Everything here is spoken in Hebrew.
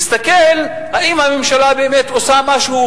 נסתכל אם הממשלה באמת עושה משהו,